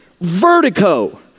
Vertigo